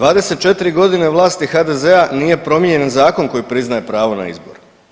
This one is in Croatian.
24 godine vlasti HDZ-a nije promijenjen zakon koji priznaje pravo na izbor.